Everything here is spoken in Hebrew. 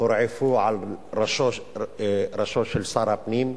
הורעפו על ראשו של שר הפנים.